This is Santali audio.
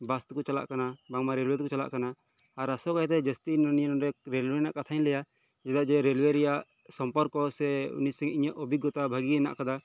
ᱵᱟᱥ ᱛᱮᱠᱚ ᱪᱟᱞᱟᱜ ᱠᱟᱱᱟ ᱵᱟᱝᱢᱟ ᱨᱮᱞᱳᱣᱮ ᱛᱮᱠᱚ ᱪᱟᱞᱟᱜ ᱠᱟᱱᱟ ᱟᱥᱚᱠᱟᱭᱛᱮ ᱡᱟᱹᱥᱛᱤ ᱟᱱᱟ ᱱᱤᱭᱮ ᱱᱚᱸᱰᱮ ᱨᱮᱞᱳᱣᱮ ᱨᱮᱱᱟᱜ ᱠᱟᱛᱷᱟᱧ ᱞᱟᱹᱭᱟ ᱪᱮᱫᱟᱜ ᱡᱮ ᱨᱮᱞᱳᱣᱮ ᱨᱮᱱᱟᱜ ᱥᱚᱢᱯᱚᱨᱠᱚ ᱥᱮ ᱤᱧᱟᱜ ᱚᱵᱷᱤᱜᱽᱜᱚᱛᱟ ᱵᱷᱟᱜᱮ ᱦᱮᱱᱟᱜ ᱟᱠᱟᱫᱟ